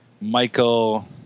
Michael